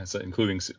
including